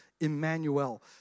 Emmanuel